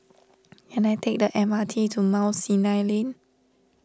can I take the M R T to Mount Sinai Lane